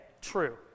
true